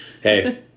Hey